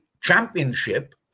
championship